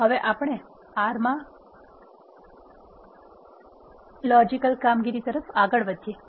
હવે આપણે R માં લોજિકલ કામગીરી તરફ આગળ વધીએ છીએ